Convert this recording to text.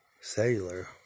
Cellular